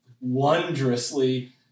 wondrously